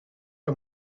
que